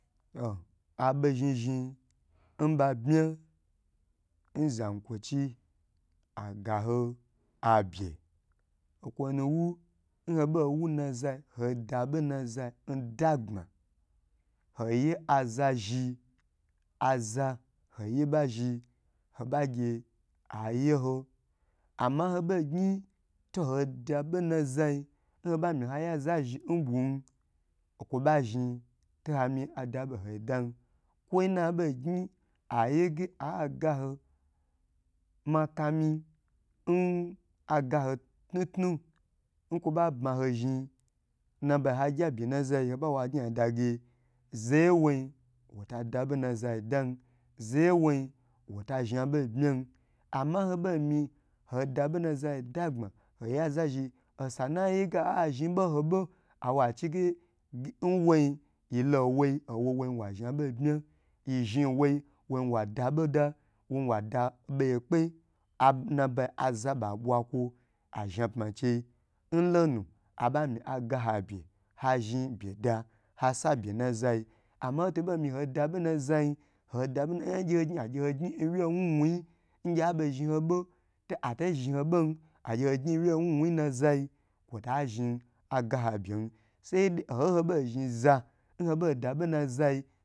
To aɓo zhni zhni nba bmya n zanyi kwochi aga ho abye okwo nuwu, n hoɓo wu nazai hodaɓo na zai dagbma, hoye aza zhi hoɓa gye aye ho, amma ho ɓe gnyi to ho daɓo nnazai n ho ba myi haye azazhi n ɓwum okwoɓa zhm to amyi adaɓo n hoi dani kwo nna ɓei gnyi ayege agaho makami agaho tnutnun kwo ɓa bmaho zhni nna bai hagyi abye nnazai hobawo agnyi ai dage gye zeye nwoin wota daɓo nna zai dam, zeye nwom wota zhni aɓo n bmyam amma nho ɓei myi hodaɓo nnazi dagbma hoyeaza zhi osanaye ge azhni ɓo ho ɓo hawo achige n woin yilo n woi wazhni wa zhna ɓo n bmya, yi zhni mwoi wazhni wadaɓoda woi mada ɓoye kpe nna ɓai aza ɓa ɓwa kwo ɓa zhni apma n chei n lonu aɓami agaho abye hazhni byeda hasa abye nzai amma hoto ɓei myi hoda ɓo na zai nyim n na gye hognyi agye ho gnyi n na wuyei wnu wnui ngyeaɓo zhni ho ɓa ta a zhni ho bom agye ho gnyi n wye wnu wnui nazai kwota zhni agaho abyem sai oho ho bei zhniza